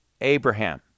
Abraham